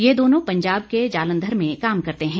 ये दोनों पंजाब के जालंधर में काम करते हैं